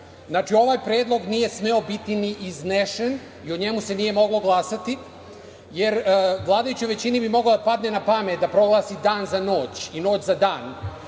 ovaj predlog nije smeo biti ni iznesen i o njemu se nije moglo glasati, jer vladajućoj većini bi moglo da padne na pamet da proglasi dan za noć i noć za dan